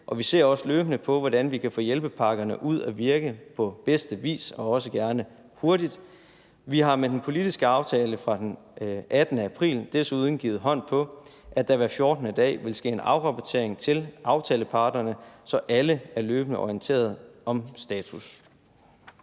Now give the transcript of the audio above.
og vi ser også løbende på, hvordan vi kan få hjælpepakkerne ud at virke på bedste vis og også gerne hurtigt. Vi har med den politiske aftale fra den 18. april desuden givet hånd på, at der hver 14. dag vil ske en afrapportering til aftaleparterne, så alle er løbende orienteret om status.